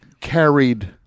carried